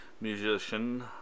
musician